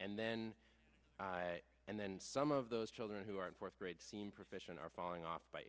and then and then some of those children who are in fourth grade seem profession are falling off by